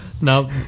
Now